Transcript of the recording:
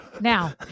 Now